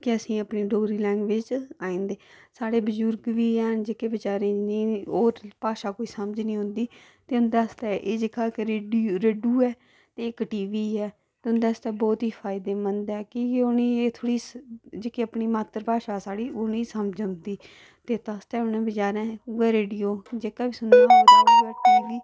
की अ'सेंगी डोगरी लैंग्वेज़ आई जंदे साढ़े बजुर्ग बी हैन जि'नेंगी बेचारें गी होर कोई भाशा समझ निं आंदी ते उं'दे आस्तै एह् जेह्का रेडियो ऐ ते एह् इक्क टीवी ऐ ते एह् बड़ा ई फायदेमंद ऐ तए उ'नें गी सिर्फ जेह्की साढ़ी मात्तरभाशा ओह् समझ आंदी ते इत्त आस्तै उ'नें बेचारें रेडियो जेह्का बी सुनना होंदा उ'ऐ